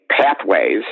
pathways